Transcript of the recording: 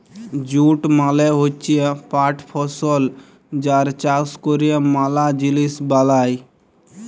jute মালে হচ্যে পাট ফসল যার চাষ ক্যরে ম্যালা জিলিস বালাই